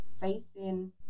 facing